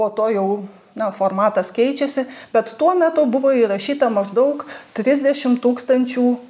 po to jau na formatas keičiasi bet tuo metu buvo įrašyta maždaug trisdešim tūkstančių